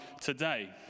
today